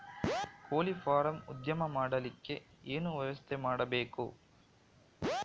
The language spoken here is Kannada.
ಕೋಳಿ ಫಾರಂ ಉದ್ಯಮ ಮಾಡಲಿಕ್ಕೆ ಏನು ವ್ಯವಸ್ಥೆ ಮಾಡಬೇಕು?